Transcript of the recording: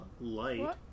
light